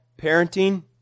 parenting